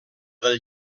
del